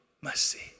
mercy